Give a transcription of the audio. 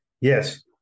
Yes